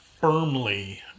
firmly